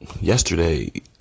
yesterday